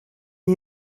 you